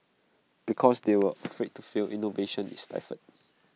because they are afraid to fail innovation is stifled